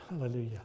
Hallelujah